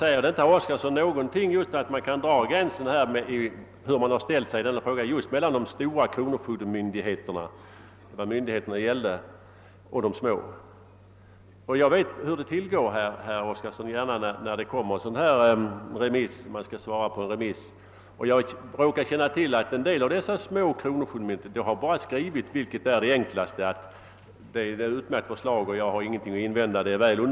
Herr talman! Man kan dra gränsen mellan små och stora kronofogdemyndigheter — det är myndigheterna det här gäller — med hänsyn till den ståndpunkt de intagit i denna fråga. Jag vet nämligen hur det ofta går till när dessa myndigheter skall avge ett remissyttrande. I många fall skriver de små kronofogdemyndigheterna bara att det inte finns någonting att invända. Förslaget är väl underbyggt och det skall säkerligen leda till ett utmärkt resultat.